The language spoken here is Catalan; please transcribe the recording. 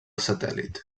satèl·lit